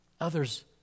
Others